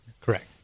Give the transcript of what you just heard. Correct